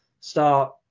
start